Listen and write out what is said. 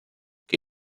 que